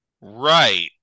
Right